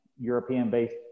European-based